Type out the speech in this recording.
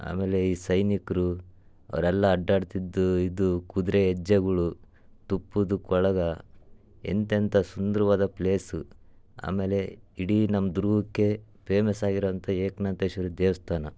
ಆಮೇಲೆ ಈ ಸೈನಿಕರು ಅವರೆಲ್ಲ ಅಡ್ಡಾಡ್ತಿದ್ದು ಇದು ಕುದುರೆ ಹೆಜ್ಜೆಗಳು ತುಪ್ಪದ್ದು ಕೊಳಗ ಎಂತೆಂಥ ಸುಂದ್ರವಾದ ಪ್ಲೇಸು ಆಮೇಲೆ ಇಡೀ ನಮ್ಮ ದುರ್ಗಕ್ಕೇ ಪೇಮಸ್ ಆಗಿರೋಂಥ ಏಕನಾಥೇಶ್ವರಿ ದೇವಸ್ಥಾನ